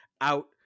out